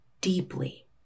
deeply